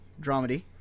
dramedy